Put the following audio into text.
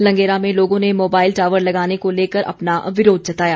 लंगेरा में लोगों ने मोबाइल टॉवर लगाने को लेकर अपना विरोध जताया